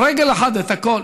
על רגל אחת את הכול.